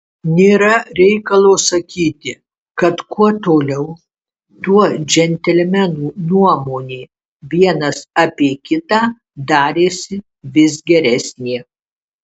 nėra reikalo sakyti kad kuo toliau tuo džentelmenų nuomonė vienas apie kitą darėsi vis geresnė